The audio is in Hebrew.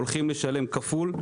הולכים לשלם כפול,